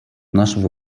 нашего